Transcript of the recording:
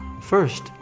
First